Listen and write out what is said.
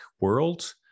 world